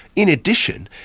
in addition,